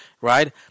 right